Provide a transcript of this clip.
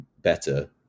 better